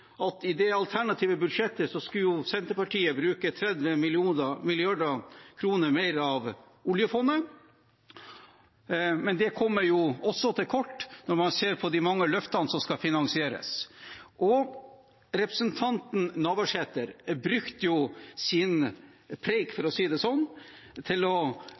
bruke 30 mrd. kr mer av oljefondet. Men det kommer jo også til kort når man ser på de mange løftene som skal finansieres. Representanten Navarsete brukte sin «preike», for å si det sånn, til å